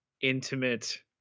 intimate